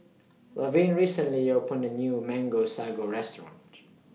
Laverne recently opened A New Mango Sago Restaurant